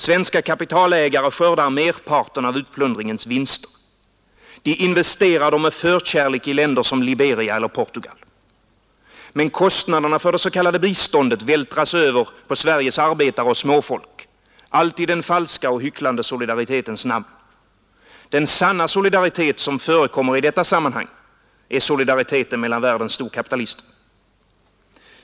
Svenska kapitalägare skördar merparten av utplundringens vinster. De investerar dem med förkärlek i länder som Liberia eller Portugal. Men kostnaderna för det s.k. biståndet vältras över på Sveriges arbetare och småfolk, allt i den falska och hycklande solidaritetens namn. Den sanna solidaritet som förekommer i detta sammanhang är solidariteten mellan världens storkapitalister.